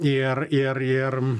ir ir ir